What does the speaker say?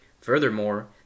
Furthermore